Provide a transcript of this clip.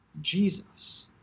Jesus